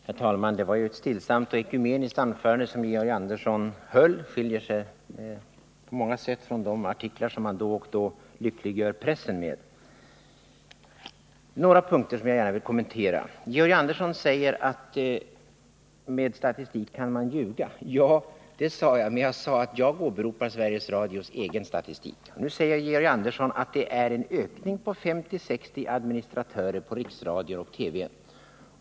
Herr talman! Det var ett stillsamt och ekumeniskt anförande som Georg Andersson höll. Det skiljer sig på många sätt från de artiklar som han då och då lyckliggör pressen med. Det är några punkter som jag gärna vill kommentera. Georg Andersson åberopar att ”med statistik kan man ljuga”. Ja, det sade jag, men jag påpekade att jag åberopade Sveriges Radios egen statistik. Nu säger Georg Andersson att det är en ökning med 50-60 administratörer på riksradion och TV.